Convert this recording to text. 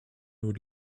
would